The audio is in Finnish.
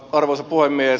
arvoisa puhemies